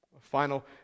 Final